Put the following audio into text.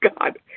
God